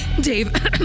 Dave